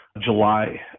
July